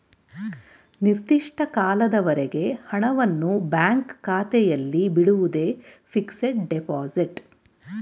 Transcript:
ನಿರ್ದಿಷ್ಟ ಕಾಲದವರೆಗೆ ಹಣವನ್ನು ಬ್ಯಾಂಕ್ ಖಾತೆಯಲ್ಲಿ ಬಿಡುವುದೇ ಫಿಕ್ಸಡ್ ಡೆಪೋಸಿಟ್